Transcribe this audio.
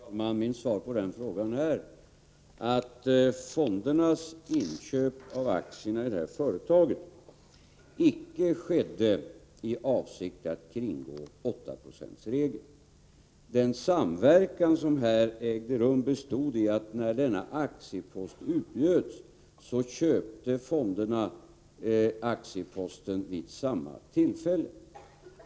Herr talman! Mitt svar på den frågan är att fondernas inköp av aktier i detta företag icke skedde i avsikt att kringgå 8-procentsregeln. Den samverkan som här ägde rum bestod i att fonderna när denna aktiepost utbjöds köpte aktieposter vid samma tillfälle.